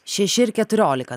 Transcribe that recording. šeši ir keturiolika